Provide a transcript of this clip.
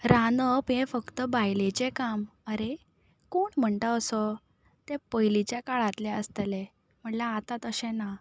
रांदप हें फक्त बायलेचें काम आरे कोण म्हणटा असो ते पयलींच्या काळांतले आसतलें म्हणल्यार आतां तशें ना